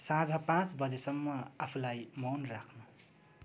साँझ पाँच बजेसम्म आफूलाई मौन राख्नु